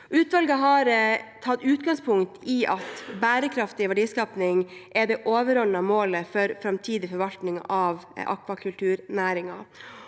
Utvalget har tatt utgangspunkt i at bærekraftig verdiskaping er det overordnede målet for framtidig forvaltning av akvakulturnæringen.